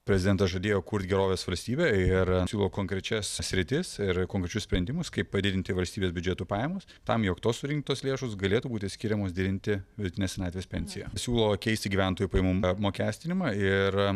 prezidentas žadėjo kurt gerovės valstybę ir siūlo konkrečias sritis ir konkrečius sprendimus kaip padidinti valstybės biudžeto pajamas tam jog tos surinktos lėšos galėtų būti skiriamos didinti vidutinę senatvės pensiją siūlo keisti gyventojų pajamų apmokestinimą ir